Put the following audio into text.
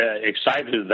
excited